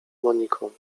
moniką